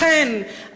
לכן,